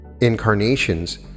incarnations